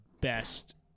best